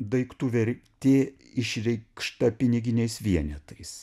daiktų vertė išreikšta piniginiais vienetais